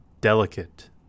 delicate